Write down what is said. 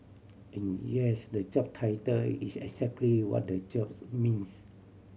and yes the job title is exactly what the jobs means